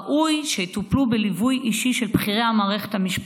ראוי שיטופלו בליווי אישי של בכירי המערכת המשפטית.